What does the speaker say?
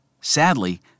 Sadly